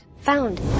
Found